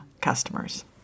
customers